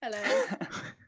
Hello